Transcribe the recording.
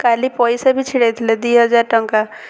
କାଲି ପଇସା ବି ଛିଡ଼େଇ ଥିଲେ ଦୁଇହଜାର ଟଙ୍କା